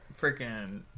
Freaking